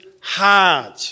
hard